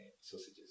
sausages